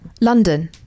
London